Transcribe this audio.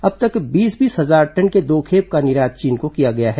अब तक बीस बीस हजार टन के दो खेप का निर्यात चीन को किया गया है